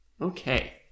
Okay